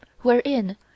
wherein